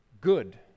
good